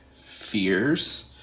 fears